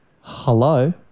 hello